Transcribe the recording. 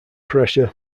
pressure